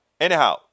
Anyhow